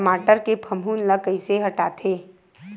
टमाटर के फफूंद ल कइसे हटाथे?